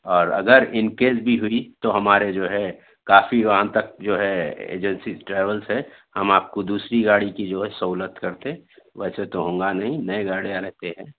اور اگر ان کیس بھی ہوئی تو ہمارے جو ہے کافی وہاں تک جو ہے ایجنسی ٹریویل سے ہم آپ کو دوسری گاڑی کی جو ہے سہولت کرتے ویسے تو ہونگا نہیں نئے گاڑیاں رہتے ہیں